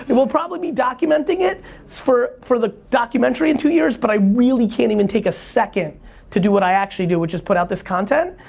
we'll probably be documenting it for for the documentary in two years but i really can't even take a second to do what i actually do, which is put out this content,